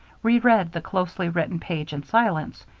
reread the closely written page in silence.